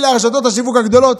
רשתות השיווק הגדולות,